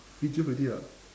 video already ah